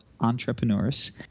entrepreneurs